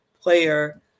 player